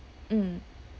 mm